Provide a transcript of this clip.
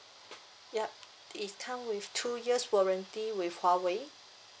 yup it come with two years warranty with huawei